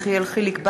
יחיאל חיליק בר,